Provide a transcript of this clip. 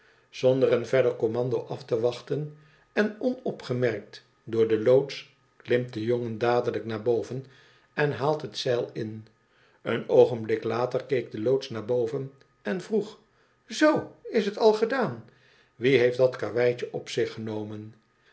zonder een verder commando af te wachten en onopgemerkt door den loods klimt de jongen dadelijk naar boven en haalt het zeil in een oogenblik later keek de loods naar boven en vroeg zoo is t al gedaan wie heeft dat karreweitje op zich genomen